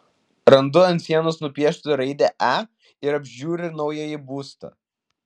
randu ant sienos nupieštą raidę e ir apžiūriu naująjį būstą